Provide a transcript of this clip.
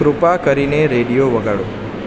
કૃપા કરીને રેડિયો વગાડો